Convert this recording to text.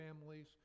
families